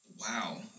Wow